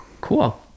Cool